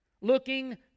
Looking